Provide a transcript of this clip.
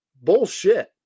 Bullshit